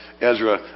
Ezra